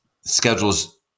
schedules